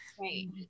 right